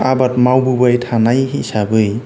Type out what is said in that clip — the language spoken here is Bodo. आबाद मावबोबाय थानाय हिसाबै